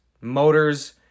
motors